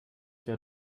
der